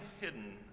hidden